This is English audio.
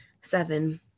Seven